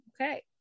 Okay